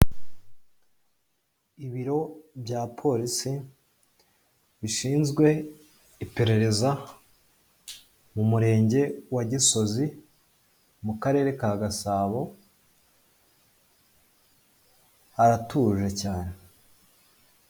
Ibiro bya polisi bishinzwe iperereza mu murenge wa Gisozi mu karere ka Gasabo, haratuje cyane.